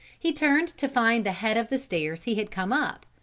he turned to find the head of the stairs he had come up,